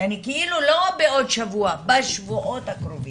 כאילו לא בעוד שבוע, בשבועות הקרובים.